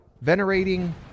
venerating